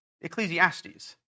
Ecclesiastes